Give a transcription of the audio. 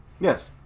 Yes